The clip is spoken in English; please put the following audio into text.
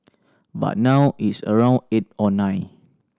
but now it's around eight or nine